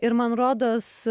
ir man rodos